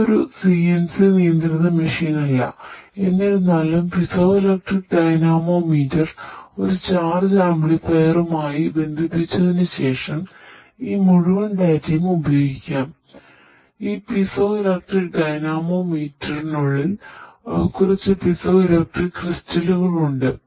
ഇത് ഒരു CNC നിയന്ത്രിത മെഷീൻ ഉണ്ട്